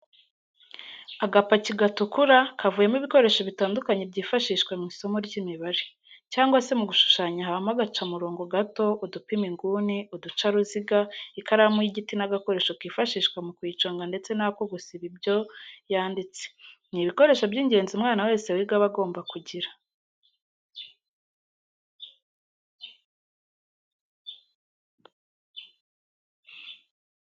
Agapaki gatukura kavuyemo ibikoresho bitandukanye byifashishwa mu isomo ry'imibare cyangwa se mu gushushanya habamo agacamurongo gato, udupima inguni, uducaruziga, ikaramu y'igiti n'agakoresho kifashishwa mu kuyiconga ndetse n'ako gusiba ibyo yanditse, ni ibikoresho by'ingenzi umwana wese wiga aba agomba kugira.